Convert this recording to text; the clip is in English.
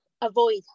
avoid